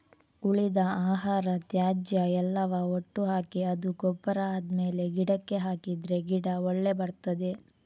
ಉಳಿದ ಆಹಾರ, ತ್ಯಾಜ್ಯ ಎಲ್ಲವ ಒಟ್ಟು ಹಾಕಿ ಅದು ಗೊಬ್ಬರ ಆದ್ಮೇಲೆ ಗಿಡಕ್ಕೆ ಹಾಕಿದ್ರೆ ಗಿಡ ಒಳ್ಳೆ ಬರ್ತದೆ